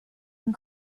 and